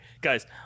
guys